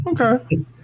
okay